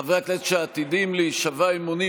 חברי הכנסת שעתידים להישבע אמונים,